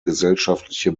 gesellschaftliche